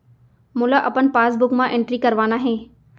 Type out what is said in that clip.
मोला अपन पासबुक म एंट्री करवाना हे?